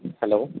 hello